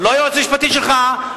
לא היועץ המשפטי שלך,